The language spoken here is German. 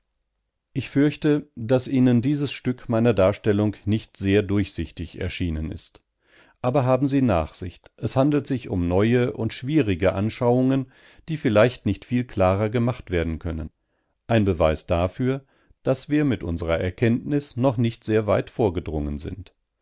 ich fürchte daß ihnen dieses stück meiner darstellung nicht sehr durchsichtig erschienen ist aber haben sie nachsicht es handelt sich um neue und schwierige anschauungen die vielleicht nicht viel klarer gemacht werden können ein beweis dafür daß wir mit unserer erkenntnis noch nicht sehr weit vorgedrungen sind